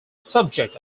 subject